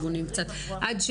כל אחת באזור ה-30 אנשים.